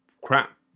crap